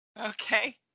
Okay